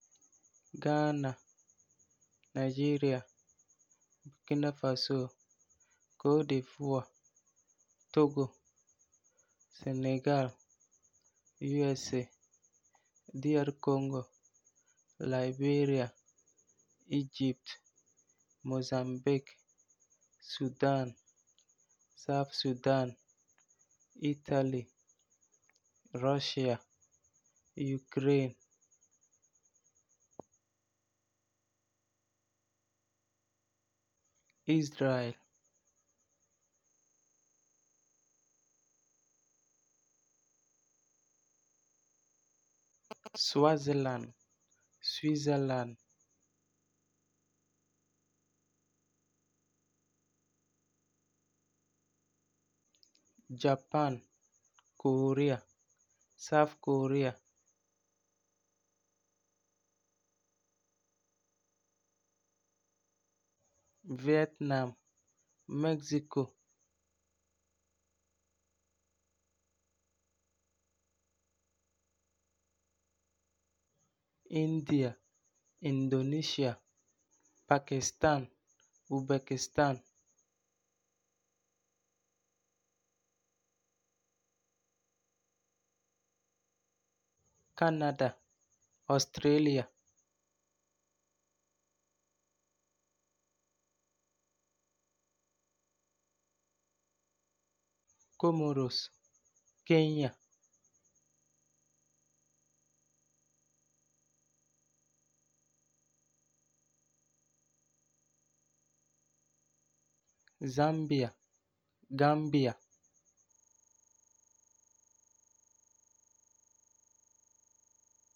Ghana, Nigeria, Burkina Faso, Côte d'Ivore, Togo, Senegal, USA, DR Congo, Liberia, Egypt, Mozambique, Sudan, South Sudan, Italy, Russia, Ukraine, Israel, Swaziland, Switzerland, Japan, Korea, South Korea, Vietnam, Mexico, India, Indonesia, Pakistan, Uzbekistan, Canada, Australia, Comoros, Kenya, Zambia, Gambia.